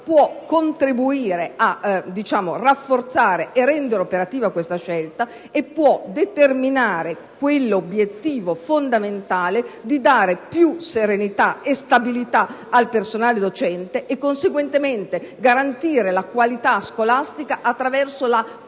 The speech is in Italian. può contribuire a rafforzare e rendere operativa questa scelta e permetterci di conseguire l'obiettivo fondamentale di dare più serenità e stabilità al personale docente e, conseguentemente, garantire la qualità scolastica attraverso la